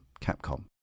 Capcom